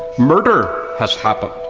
murder has happened,